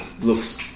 looks